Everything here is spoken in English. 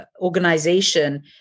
organization